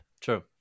True